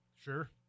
Sure